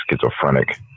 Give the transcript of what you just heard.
Schizophrenic